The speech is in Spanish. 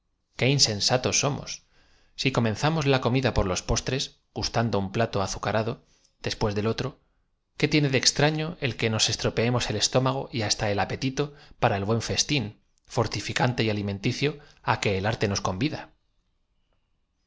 qué insensatos somos sí comenzamos la comida por los postres gustando un plato azucarado después de otro qué lene de extraño el que nos estropeemos el estómago y hasta el apetito p ara el buen festín fortiñcante y alimenticio á que el arte nos convida á